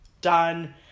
done